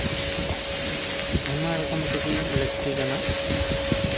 ᱟᱭᱢᱟ ᱨᱚᱠᱚᱢ ᱛᱮᱜᱮ ᱞᱟᱹᱠᱛᱤ ᱠᱟᱱᱟ